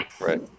right